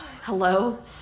Hello